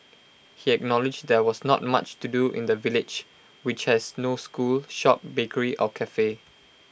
he acknowledged there was not much to do in the village which has no school shop bakery or Cafe